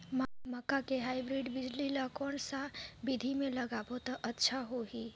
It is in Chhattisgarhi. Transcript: मक्का के हाईब्रिड बिजली ल कोन सा बिधी ले लगाबो त अच्छा होहि?